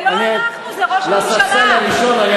זה לא אנחנו, זה ראש הממשלה.